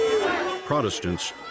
Protestants